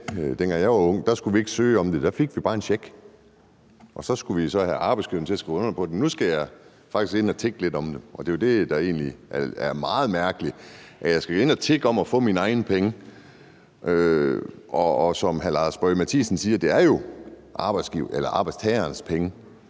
dengang jeg var ung, skulle vi ikke søge om det. Der fik vi bare en check, og så skulle vi så have arbejdsgiverne til at skrive under på det. Nu skal jeg faktisk ind at tigge lidt om dem, og det er jo det, der egentlig er meget mærkeligt, altså at jeg skal ind at tigge om at få mine egne penge. Som hr. Lars Boje Mathiesen siger, er det jo arbejdstagerens penge,